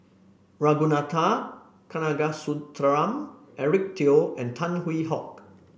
Ragunathar Kanagasuntheram Eric Teo and Tan Hwee Hock